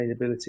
sustainability